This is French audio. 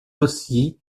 aussi